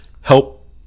help